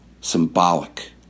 Symbolic